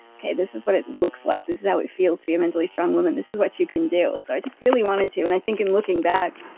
this is what it looks like. this is how it feels to be a mentally strong woman. this is what you can do so i just really wanted to. and i think in looking back,